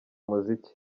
muziki